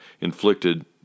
inflicted